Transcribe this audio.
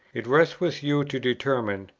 it rests with you to determine.